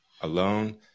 alone